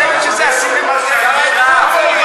היית שרה גדולה, מה עשית?